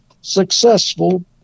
successful